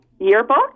yearbook